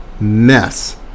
mess